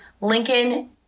Lincoln